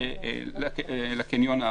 לקניון האחר,